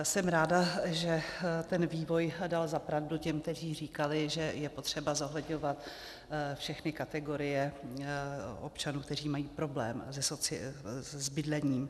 Jsem ráda, že vývoj dal za pravdu těm, kteří říkali, že je potřeba zohledňovat všechny kategorie občanů, kteří mají problém s bydlením.